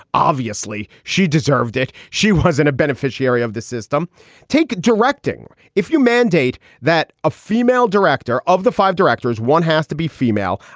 obviously she deserved it. she wasn't a beneficiary of the system taking directing. if you mandate that a female director of the five directors, one has to be female.